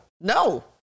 no